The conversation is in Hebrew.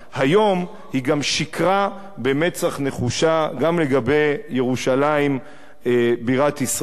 היום היא גם שיקרה במצח נחושה גם לגבי ירושלים בירת ישראל,